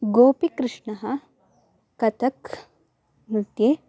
गोपिकृष्णः कतक् नृत्ये